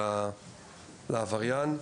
אל העבריין.